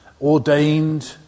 ordained